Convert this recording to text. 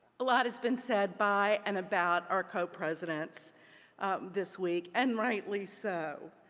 a lot has been said by and about our co-presidents this week. and rightly so.